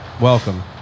Welcome